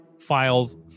Files